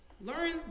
Learn